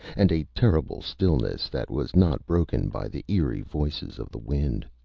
and a terrible stillness that was not broken by the eerie voices of the wind.